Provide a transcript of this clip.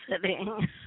sitting